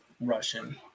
Russian